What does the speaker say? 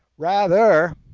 rather,